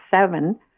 seven